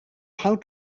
how